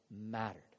mattered